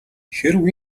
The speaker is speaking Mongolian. хэрэв